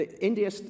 India